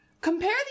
Compare